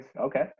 Okay